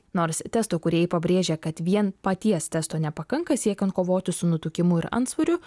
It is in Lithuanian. nors testo kūrėjai pabrėžia kad vien paties testo nepakanka siekiant kovoti su nutukimu ir antsvoriu